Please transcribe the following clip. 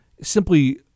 simply